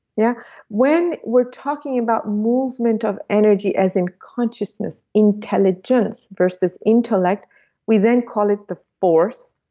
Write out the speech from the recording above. yeah when we're talking about movement of energy as in consciousness, intelligence versus intellect we then call it the force,